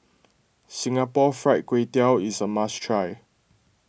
Singapore Fried Kway Tiao is a must try